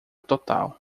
total